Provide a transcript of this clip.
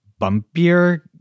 bumpier